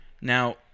Now